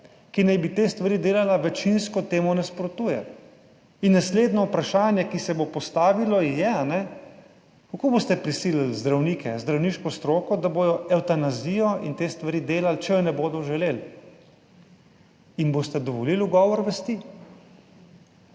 ki naj bi te stvari delala večinsko temu nasprotuje. In naslednje vprašanje, ki se bo postavilo je: kako boste prisilili zdravnike, zdravniško stroko, da bodo evtanazijo in te stvari delali, če je ne bodo želeli? Boste dovolili ugovor vesti?